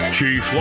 Chief